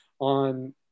on